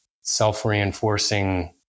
self-reinforcing